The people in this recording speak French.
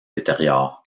détériore